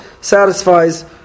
satisfies